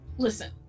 Listen